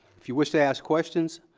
if you wish to ask questions,